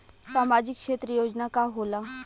सामाजिक क्षेत्र योजना का होला?